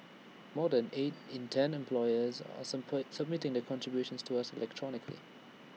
more than eight in ten employers are submitting their contributions to us electronically